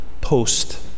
post